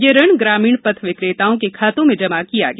यह ऋण ग्रामीण पथ विक्रेताओं के खातों में जमा किया गया